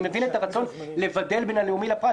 אני מבין את הרצון לבדל בין הלאומי לפרט,